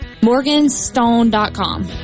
Morganstone.com